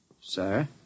Sir